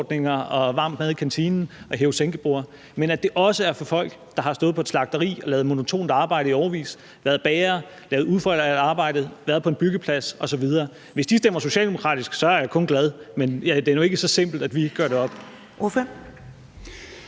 frugtordninger og varm mad i kantinen og hæve-sænke-borde, men det er også for folk, der har stået på et slagteri og lavet monotont arbejde i årevis – været bagere, lavet ufaglært arbejde, været på en byggeplads osv. Hvis de stemmer socialdemokratisk, er jeg kun glad, men så simpelt gør vi det nu ikke op.